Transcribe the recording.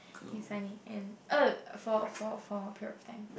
he is funny and oh for for for period of time